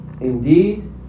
Indeed